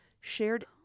Shared